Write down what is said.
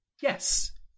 yes